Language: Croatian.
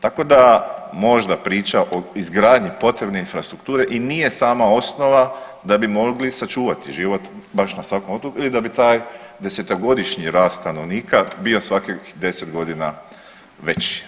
Tako da možda priča o izgradnji potrebne infrastrukture i nije sama osnova da bi mogli sačuvati život baš na svakom otoku ili da bi taj desetogodišnji rast stanovnika bio svakih 10 godina veći.